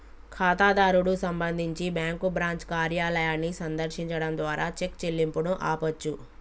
ఖాతాదారుడు సంబంధించి bank branch కార్యాలయాన్ని సందర్శించడం ద్వారా చెక్ చెల్లింపును ఆపొచ్చు